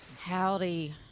Howdy